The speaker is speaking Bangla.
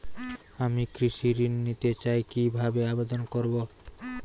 আমি কৃষি ঋণ নিতে চাই কি ভাবে আবেদন করব?